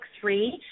Three